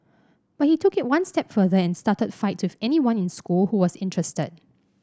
but he took it one step further and started fights with anyone in school who was interested